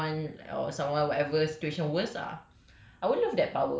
and not to make someone like or someone whatever situation worse ah